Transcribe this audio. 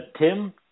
Tim